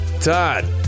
Todd